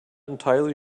entirely